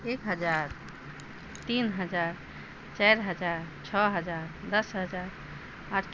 एक हजार तीन हजार चारि हजार छओ हजार दस हजार आठ